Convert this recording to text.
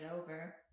over